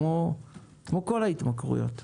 כמו כל ההתמכרויות.